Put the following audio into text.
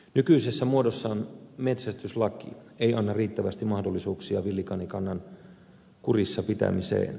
nykyisessä muodossaan metsästyslaki ei anna riittävästi mahdollisuuksia villikanikannan kurissa pitämiseen